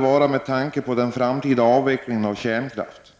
bra satsning med tanke på den framtida avvecklingen av kärnkraften.